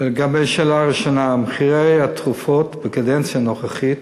לגבי השאלה הראשונה: מחירי התרופות בקדנציה הנוכחית